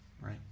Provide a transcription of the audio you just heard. right